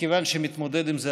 מכיוון שאני מתמודד עם זה,